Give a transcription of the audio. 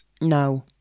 No